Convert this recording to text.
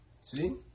See